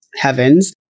heavens